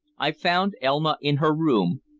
i found elma in her room,